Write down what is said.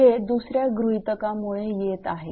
हे दुसऱ्या गृहीतकामुळे येत आहे